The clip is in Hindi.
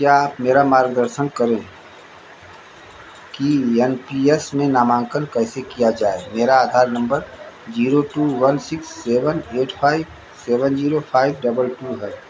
क्या आप मेरा मार्गदर्शन करें कि यन पी यस में नामांकन कैसे किया जाए मेरा Aadhaar number zero two one six seven eight five seven zero five double two है